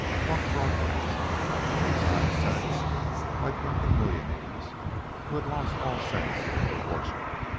flung broadcast out of the moosehide sacks by drunken millionaires who had lost all sense of proportion.